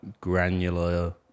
granular